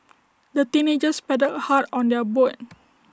the teenagers paddled hard on their boat